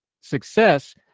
success